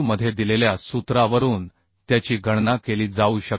मध्ये दिलेल्या सूत्रावरून त्याची गणना केली जाऊ शकते